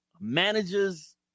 Managers